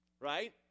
Right